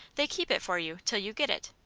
they keep it for you till you get it.